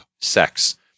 sex